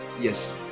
yes